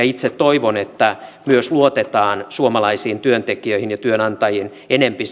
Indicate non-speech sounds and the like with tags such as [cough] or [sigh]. [unintelligible] itse toivon että myös luotetaan suomalaisiin työntekijöihin ja työnantajiin enempi [unintelligible]